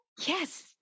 Yes